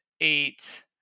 Eight